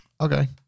Okay